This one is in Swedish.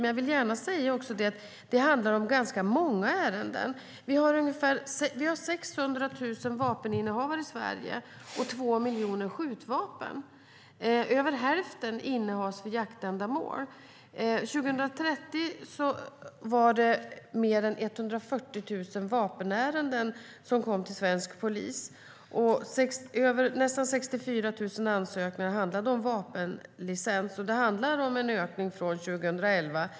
Men jag vill också gärna säga att det handlar om ganska många ärenden. Vi har 600 000 vapeninnehavare i Sverige och två miljoner skjutvapen. Över hälften innehas för jaktändamål. År 2013 kom mer än 140 000 vapenärenden till svensk polis. Nästan 64 000 ansökningar handlade om vapenlicens, och det handlar om en ökning från 2011.